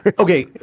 like okay.